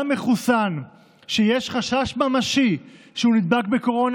גם מחוסן שיש חשש ממשי שהוא נדבק בקורונה,